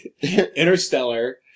Interstellar